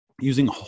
using